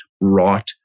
wrought